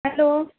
hello